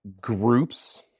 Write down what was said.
groups